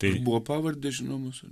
tai buvo pavardės žinomos